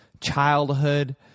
childhood